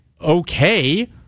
okay